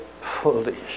foolish